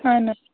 اَہَن حظ